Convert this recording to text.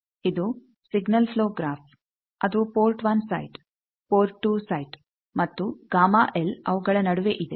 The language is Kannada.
ಇದು ಸಿಗ್ನಲ್ ಪ್ಲೋ ಗ್ರಾಫ್ ಅದು ಪೋರ್ಟ್1 ಸೈಟ್ ಪೋರ್ಟ್2 ಸೈಟ್ ಮತ್ತು Γ L ಅವುಗಳ ನಡುವೆ ಇದೆ